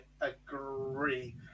agree